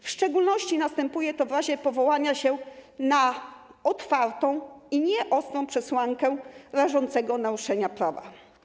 W szczególności następuje to w razie powołania się na otwartą i nieostrą przesłankę rażącego naruszenia prawa.